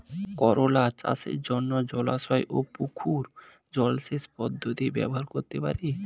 করোলা চাষের জন্য জলাশয় ও পুকুর জলসেচ পদ্ধতি ব্যবহার করতে পারি?